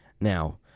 Now